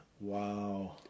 Wow